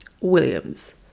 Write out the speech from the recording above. Williams